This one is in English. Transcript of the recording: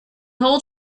whole